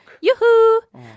Yoo-hoo